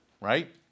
right